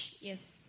Yes